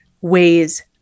ways